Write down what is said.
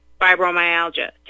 fibromyalgia